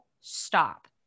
stop